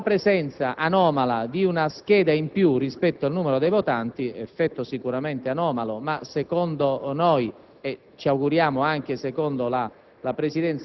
Nonostante questo scarto, a causa della presenza anomala di una scheda in più rispetto al numero dei votanti, effetto sicuramente anomalo, ma secondo noi - e ci